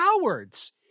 cowards